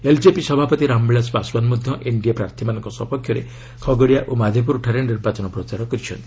LJP ସଭାପତି ରାମବିଳାଶ ପାଶ୍ଚାନ ମଧ୍ୟ ଏନ୍ଡିଏ ପ୍ରାର୍ଥୀମାନଙ୍କ ସପକ୍ଷରେ ଖଗରିଆ ଓ ମାଧେପୁରାଠାରେ ନିର୍ବାଚନ ପ୍ରଚାର କରିଛନ୍ତି